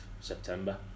September